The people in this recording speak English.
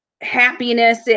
happiness